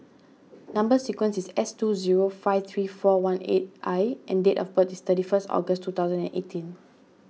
Number Sequence is S two zero five three four one eight I and date of birth is thirty first August two thousand and eighteen